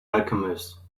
alchemist